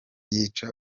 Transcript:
yica